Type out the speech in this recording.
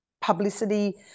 publicity